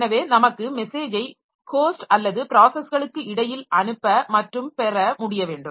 எனவே நமக்கு மெசேஜை ஹோஸ்ட் அல்லது ப்ராஸஸ்களுக்கு இடையில் அனுப்ப மற்றும் பெற முடிய வேண்டும்